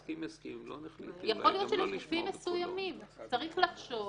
יכול להיות שלגופים מסוימים צריך לחשוב